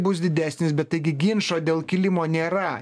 bus didesnis bet taigi ginčo dėl kilimo nėra